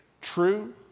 true